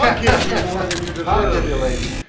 like yeah you more than you deserve. i give you lazy.